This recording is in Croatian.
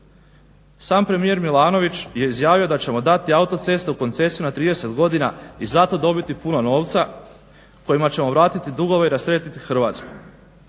Sam premijer Milanović je izjavio da ćemo dati autoceste u koncesiju na 30 godina i za to dobiti puno novca kojima ćemo vratiti dugove i rasteretiti Hrvatsku.